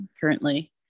currently